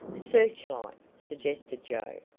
searchlight, suggested joe.